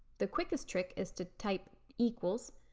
the quickest trick is to type equals,